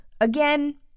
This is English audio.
Again